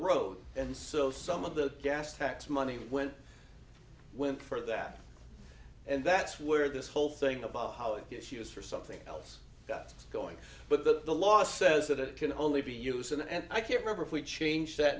road and so some of the gas tax money went went for that and that's where this whole thing about how it gets used for something else got going but the the law says that it can only be used in and i can't remember if we change that